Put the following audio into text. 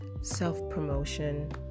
self-promotion